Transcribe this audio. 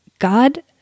God